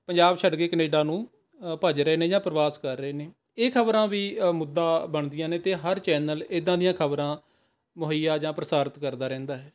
ਪੰਜਾਬ ਛੱਡ ਕੇ ਕੈਨੇਡਾ ਨੂੰ ਭੱਜ ਰਹੇ ਨੇ ਜਾਂ ਪ੍ਰਵਾਸ ਕਰ ਰਹੇ ਨੇ ਇਹ ਖਬਰਾਂ ਵੀ ਮੁੱਦਾ ਬਣਦੀਆਂ ਨੇ ਅਤੇ ਹਰ ਚੈਨਲ ਇੱਦਾਂ ਦੀਆਂ ਖਬਰਾਂ ਮੁਹੱਈਆ ਜਾਂ ਪ੍ਰਸਾਰਿਤ ਕਰਦਾ ਰਹਿੰਦਾ ਹੈ